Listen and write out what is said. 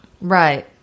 Right